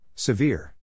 Severe